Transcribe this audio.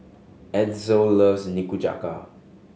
Edsel loves Nikujaga